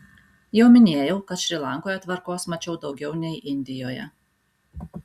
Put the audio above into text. jau minėjau kad šri lankoje tvarkos mačiau daugiau nei indijoje